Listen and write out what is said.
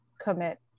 commit